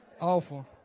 Awful